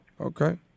Okay